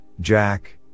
Jack